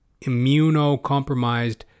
immunocompromised